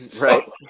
Right